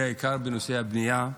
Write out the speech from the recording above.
בעיקר בנושא הבנייה,